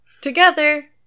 Together